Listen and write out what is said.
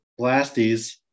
Blasties